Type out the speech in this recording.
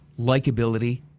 likability